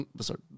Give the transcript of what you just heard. sorry